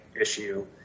issue